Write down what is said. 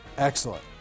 Excellent